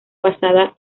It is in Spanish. basada